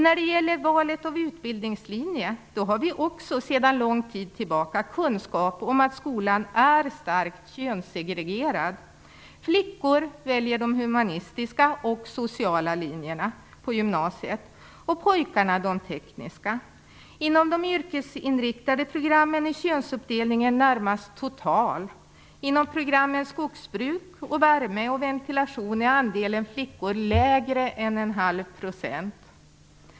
När det gäller valet av utbildningslinje har vi också sedan lång tid tillbaka kunskap om att skolan är starkt könssegregerad. Flickor väljer de humanistiska och sociala linjerna på gymnasiet och pojkarna de tekniska. Inom de yrkesinriktade programmen är könsuppdelningen närmast total. Inom programmen skogsbruk, värme och ventilation är andelen flickor lägre än en halv procent.